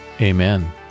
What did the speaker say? Amen